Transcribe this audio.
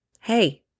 hey